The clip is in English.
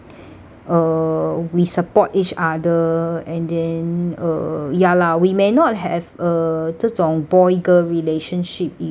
uh we support each other and then uh ya lah we may not have uh 这种 boy girl relationship issue